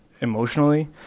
emotionally